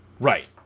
Right